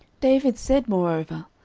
david said moreover,